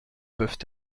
peuvent